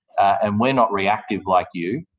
and we're not reactive like you.